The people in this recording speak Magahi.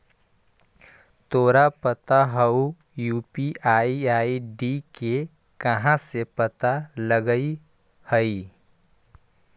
तोरा पता हउ, यू.पी.आई आई.डी के कहाँ से पता लगऽ हइ?